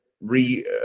re